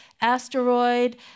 Asteroid